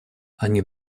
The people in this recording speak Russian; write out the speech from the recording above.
они